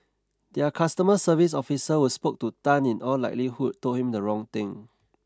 their customer service officer who spoke to Tan in all likelihood told him the wrong thing